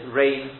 rain